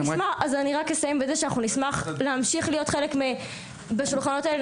אני רק אסיים בזה שאנחנו נשמח להמשיך להיות חלק מהשולחנות האלה,